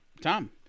Tom